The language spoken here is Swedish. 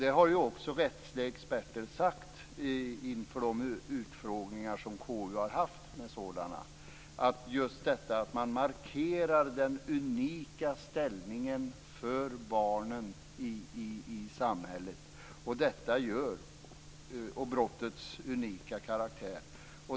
Det har också rättsliga experter sagt inför de utfrågningar som KU har haft med dem. Man markerar den unika ställningen för barnen i samhället och brottets unika karaktär.